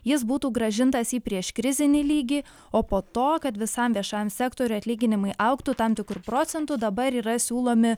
jis būtų grąžintas į prieškrizinį lygį o po to kad visam viešajam sektoriui atlyginimai augtų tam tikru procentu dabar yra siūlomi